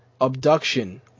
Abduction